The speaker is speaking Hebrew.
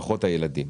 פחות הילדים.